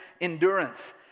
endurance